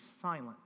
silent